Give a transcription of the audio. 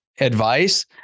advice